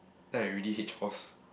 then I really hate chores